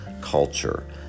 culture